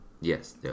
yes